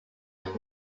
lunch